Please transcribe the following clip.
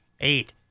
eight